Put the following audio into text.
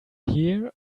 here